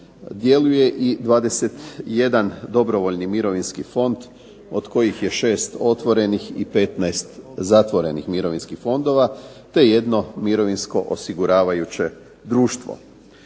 Djeluje i 21 dobrovoljni mirovinski fond od kojih je 6 otvorenih i 15 zatvorenih mirovinskih fondova te jedno mirovinsko osiguravajuće društvo.